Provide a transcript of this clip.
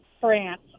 France